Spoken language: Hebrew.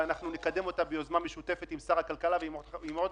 ואנחנו נקדם אותה ביוזמה משותפת עם שר הכלכלה ועם עוד